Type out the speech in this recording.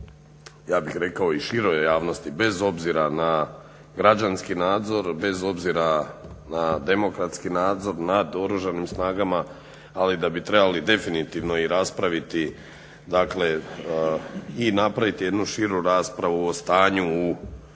dostupne i široj javnosti, bez obzira na građanski nadzor, bez obzira na demokratski nadzor nad Oružanim snagama, ali da bi trebali definitivno i raspraviti dakle i napraviti jednu širu raspravu o stanju u